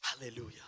Hallelujah